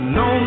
no